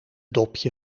dopje